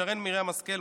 שרן מרים השכל,